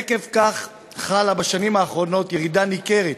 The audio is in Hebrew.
עקב כך חלה בשנים האחרונות ירידה ניכרת